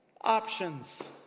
options